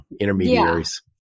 intermediaries